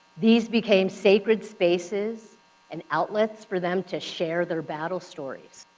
these became sacred spaces and outlets for them to share their battle stories.